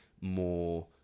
more